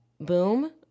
boom